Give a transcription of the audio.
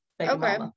okay